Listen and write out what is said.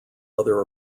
other